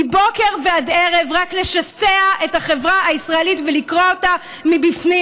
מבוקר ועד ערב רק לשסע את החברה הישראלית ולקרוע אותה מבפנים.